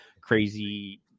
crazy